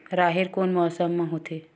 राहेर कोन मौसम मा होथे?